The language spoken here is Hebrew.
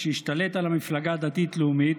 כשהשתלט על המפלגה הדתית-לאומית,